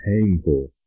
painful